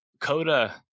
Coda